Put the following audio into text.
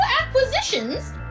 acquisitions